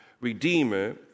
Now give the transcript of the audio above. redeemer